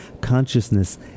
Consciousness